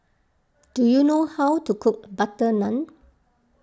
do you know how to cook Butter Naan